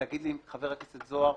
תגיד לי: חבר הכנסת זוהר,